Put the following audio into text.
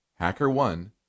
HackerOne